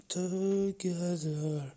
together